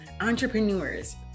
entrepreneurs